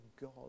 God